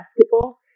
basketball